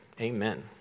amen